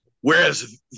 Whereas